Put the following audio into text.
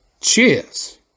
Cheers